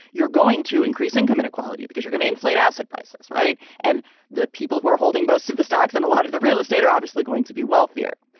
you're going to increase income inequality because you're gonna inflate asset prices. right. and the people who are holding most of the stocks and a lot of the real estate are obviously going to be wealthier.